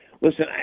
Listen